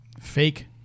fake